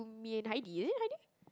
me and Heidi is it Heidi